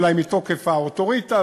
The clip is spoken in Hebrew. אולי מתוקף האוטוריטה,